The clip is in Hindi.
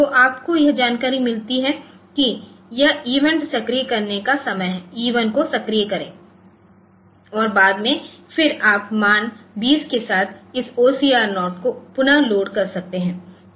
तो आपको यह जानकारी मिलती है कि यह इवेंट सक्रिय करने का समय है E1 को सक्रिय करें और बाद मे फिर आप मान 20 के साथ इस OCR 0 को पुनः लोड कर सकते हैं